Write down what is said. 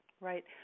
Right